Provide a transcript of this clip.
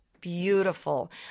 beautiful